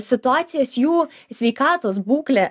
situacijas jų sveikatos būklė